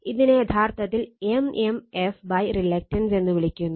ഇതിനെ യഥാർത്ഥത്തിൽ mmf reluctance എന്ന് വിളിക്കുന്നു